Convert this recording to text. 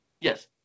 Yes